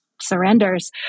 surrenders